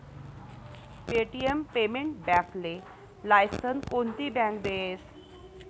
Paytm payment बॅकले license कोनती bank देस?